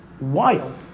Wild